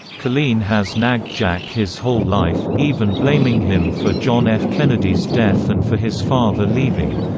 colleen has nagged jack his whole life, even blaming him for john f. kennedy's death and for his father leaving.